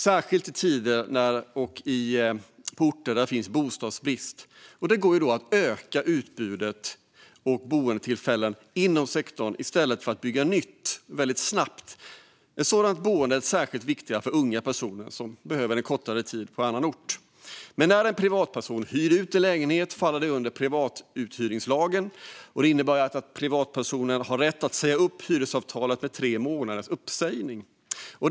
Särskilt i tider och på orter där det råder bostadsbrist går det att öka utbudet av boendetillfällen inom sektorn i stället för att snabbt bygga nytt. Sådana boendemöjligheter är särskilt viktiga för unga som bor en kortare period på annan ort. När en privatperson hyr ut en lägenhet faller det under privatuthyrningslagen. Det innebär att privatpersonen har rätt att säga upp hyresavtalet med tre månaders uppsägningstid.